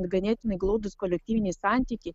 ganėtinai glaudūs kolektyviniai santykiai